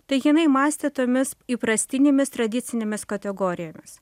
tai jinai mąstė tomis įprastinėmis tradicinėmis kategorijomis